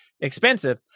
expensive